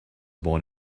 born